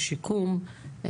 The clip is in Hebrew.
בשיקום,